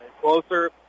closer